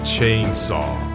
Chainsaw